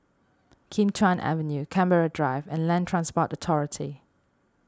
Kim Chuan Avenue Canberra Drive and Land Transport Authority